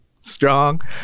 strong